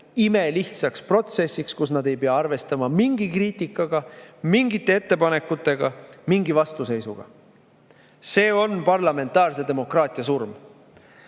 imelihtsaks protsessiks, kus nad ei pea arvestama mingi kriitikaga, mingite ettepanekutega, mingi vastuseisuga. See on parlamentaarse demokraatia surm.